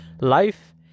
life